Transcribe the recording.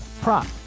prop